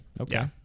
Okay